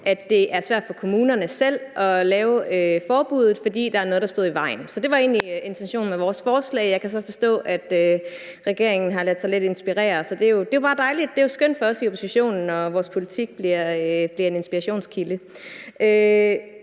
at det er svært for kommunerne selv at lave forbuddet, fordi der er noget, der står i vejen. Så det var egentlig intentionen med vores forslag. Jeg kan så forstå, at regeringen har ladet sig inspirere lidt. Det er jo bare dejligt, for det er skønt for os i oppositionen, når vores politik bliver en inspirationskilde.